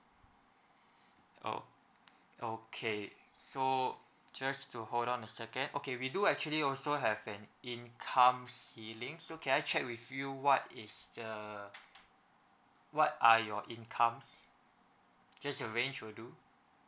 orh okay so just to hold on a second okay we do actually also have an income ceiling so can I check with you what is the what are your incomes just a range will do